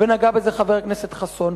ונגע בזה חבר הכנסת חסון,